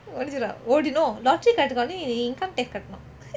no lottery கிடைச்சுது வந்து நீ:kidaichethu vanthu nee income tax கட்டணும்:kattenum